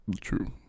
True